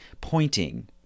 pointing